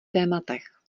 tématech